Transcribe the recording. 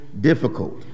difficult